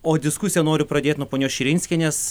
o diskusiją noriu pradėt nuo ponios širinskienės